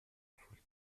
foule